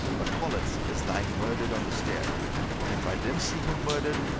but hollins is lying murdered on the stair and if i didn't see him murdered,